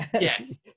Yes